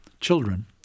children